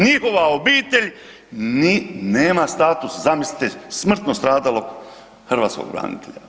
Njihova obitelj nema status, zamislite, smrtno stradalog hrvatskog branitelja.